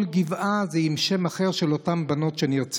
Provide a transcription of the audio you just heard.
כל גבעה היא עם שם אחר של אחת מאותן בנות שנרצחו.